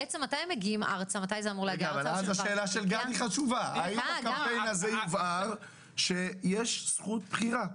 האם בקמפיין יובהר שיש זכות בחירה?